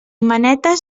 manetes